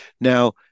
Now